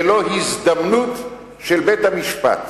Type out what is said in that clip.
ולא הזדמנות של בית-המשפט.